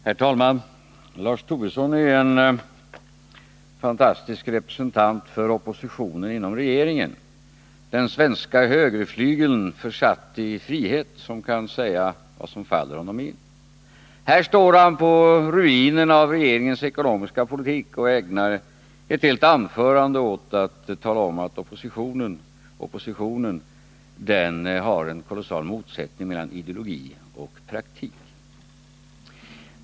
Herr talman! Lars Tobisson är en fantastisk representant för oppositionen inom regeringen — den svenska högerflygeln, försatt i frihet — som kan säga vad som faller honom in. Här står han på ruinerna av regeringens ekonomiska politik och ägnar ett helt anförande åt att tala om, att oppositionen har en kolossal motsättning mellan ideologi och praktik.